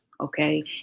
Okay